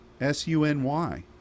S-U-N-Y